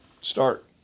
Start